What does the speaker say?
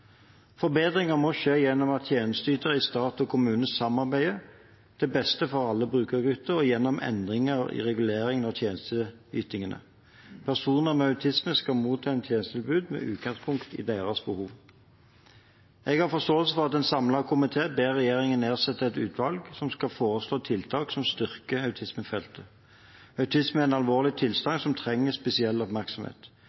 Forbedringer må skje gjennom at tjenesteytere i stat og kommune samarbeider til beste for alle brukergrupper og gjennom endringer i reguleringen av tjenesteytingene. Personer med autisme skal motta et tjenestetilbud med utgangspunkt i deres behov. Jeg har forståelse for at en samlet komité ber regjeringen nedsette et utvalg som skal foreslå tiltak som styrker autismefeltet. Autisme er en alvorlig